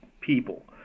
people